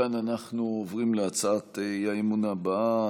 מכאן אנחנו עוברים להצעת האי-אמון הבאה,